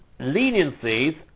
leniencies